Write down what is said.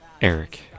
Eric